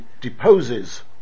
deposes